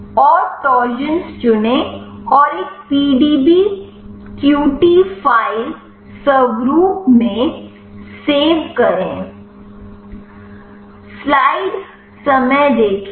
और तोरशंस चुनें और एक PDBQT फ़ाइल स्वरूप में सेव करें